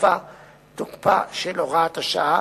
תוקפה של הוראת השעה,